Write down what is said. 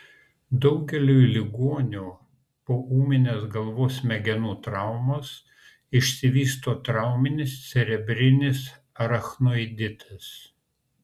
daugeliui ligonių po ūminės galvos smegenų traumos išsivysto trauminis cerebrinis arachnoiditas